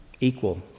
equal